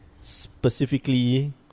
specifically